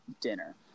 dinner